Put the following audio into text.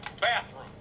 bathroom